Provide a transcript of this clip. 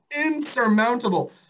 insurmountable